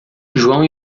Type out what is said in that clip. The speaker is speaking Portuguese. joão